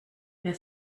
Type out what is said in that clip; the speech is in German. wer